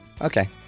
Okay